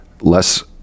less